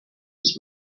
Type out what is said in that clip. was